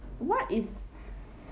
what is